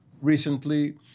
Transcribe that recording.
Recently